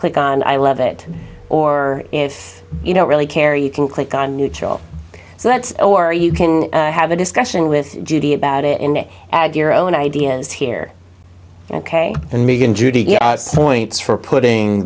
click on i love it or if you don't really care you can click on neutral so that's or you can have a discussion with judy about it in it add your own ideas here ok and megan judy points for putting